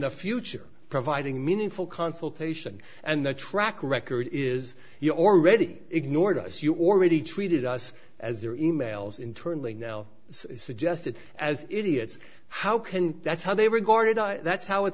the future providing meaningful consultation and the track record is you already ignored us you already treated us as their emails into certainly now suggested as idiots how can that's how they regarded that's how it